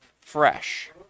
fresh